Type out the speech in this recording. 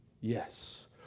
Yes